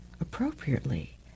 appropriately